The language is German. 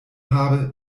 habe